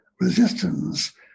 resistance